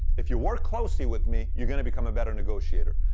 if you work closely with me, you're going to become a better negotiator.